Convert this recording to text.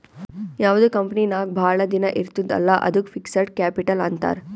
ಯಾವ್ದು ಕಂಪನಿ ನಾಗ್ ಭಾಳ ದಿನ ಇರ್ತುದ್ ಅಲ್ಲಾ ಅದ್ದುಕ್ ಫಿಕ್ಸಡ್ ಕ್ಯಾಪಿಟಲ್ ಅಂತಾರ್